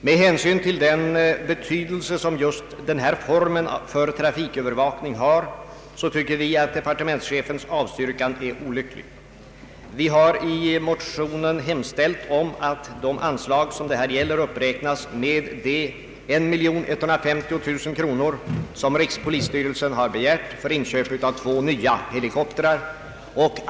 Med hänsyn till den betydelse som just den här formen för trafikövervakning har så tycker vi att departementschefens avstyrkan är olycklig. Vi har i motionen hemställt om att de anslag som det här gäller uppräknas med de 1150 000 kronor som rikspolisstyrelsen har begärt för inköp av två nya helikoptrar.